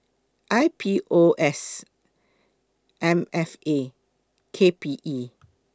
I P O S M F A and K P E